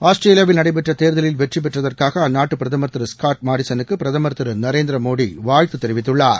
ஆஸ்திரேலியாவில் நடைபெற்ற தேர்தலில் வெற்றி பெற்றதற்காக அந்நாட்டு பிரதமர் திரு ஸ்காட் மாரிசனுக்கு பிரதமர் திரு நரேந்திர மோடி வாழ்த்து தெரிவித்துள்ளார்